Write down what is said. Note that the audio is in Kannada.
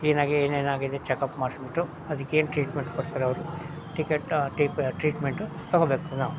ಕ್ಲೀನಾಗೆ ಏನೇನಾಗಿದೆ ಚಕಪ್ ಮಾಡಿಸ್ಬಿಟ್ಟು ಅದಕ್ಕೇನು ಟ್ರೀಟ್ಮೆಂಟ್ ಕೊಡ್ತಾರೆ ಅವರು ಟಿಕೇಟ ಟ್ರೀಟ್ಮೆಂಟು ತಗೊಳ್ಬೇಕು ನಾವು